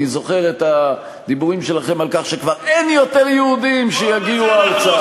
אני זוכר את הדיבורים שלכם על כך שכבר אין יותר יהודים שיגיעו ארצה.